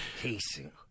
Casing